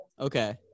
okay